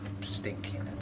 stinking